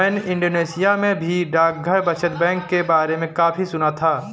मैंने इंडोनेशिया में भी डाकघर बचत बैंक के बारे में काफी सुना था